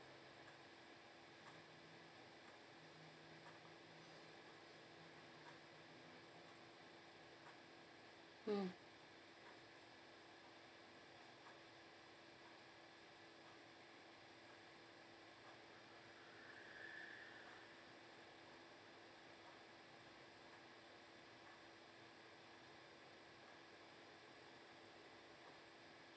mm